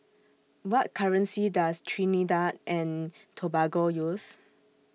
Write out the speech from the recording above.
What currency Does Trinidad and Tobago use